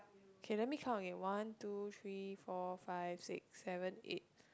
K let me count again one two three four five six seven eight